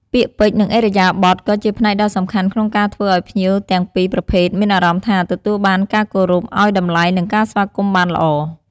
ពាក្យពេចន៍ និងឥរិយាបថក៏ជាផ្នែកដ៏សំខាន់ក្នុងការធ្វើឱ្យភ្ញៀវទាំងពីរប្រភេទមានអារម្មណ៍ថាទទួលបានការគោរពអោយតម្លៃ និងការស្វាគមន៍បានល្អ។